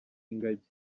ingagi